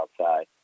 outside